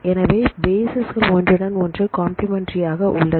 எனவே பேஸ்கல் ஒன்றுடன் ஒன்று கம்பிளிமெண்டரி ஆக உள்ளது